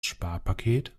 sparpaket